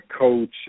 coach